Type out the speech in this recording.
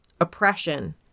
oppression